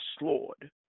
Lord